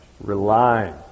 relying